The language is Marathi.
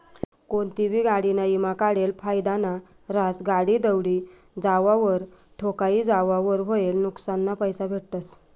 कोनतीबी गाडीना ईमा काढेल फायदाना रहास, गाडी दवडी जावावर, ठोकाई जावावर व्हयेल नुक्सानना पैसा भेटतस